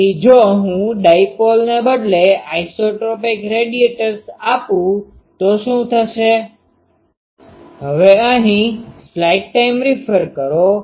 તેથી જો હું ડાયપોલને બદલે આઇસોટ્રોપિક રેડિએટર્સ આપું તો શું થશે